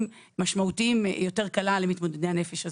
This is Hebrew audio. משמעותיים קלה יותר למתמודדי הנפש.